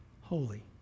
holy